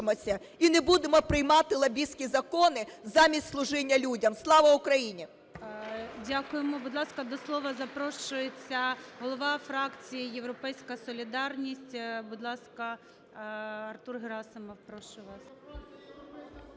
і не будемо приймати лобістські закони замість служіння людям. Слава Україні! ГОЛОВУЮЧИЙ. Дякуємо. Будь ласка, до слова запрошується голова фракції "Європейська солідарність". Будь ласка, Артур Герасимов, прошу вас.